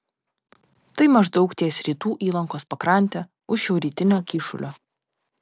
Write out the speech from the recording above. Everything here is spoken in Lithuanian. tai maždaug ties rytų įlankos pakrante už šiaurrytinio kyšulio